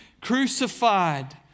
crucified